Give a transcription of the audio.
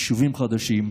יישובים חדשים.